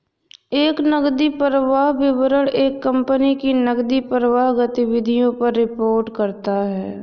एक नकदी प्रवाह विवरण एक कंपनी की नकदी प्रवाह गतिविधियों पर रिपोर्ट करता हैं